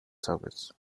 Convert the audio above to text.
service